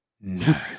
no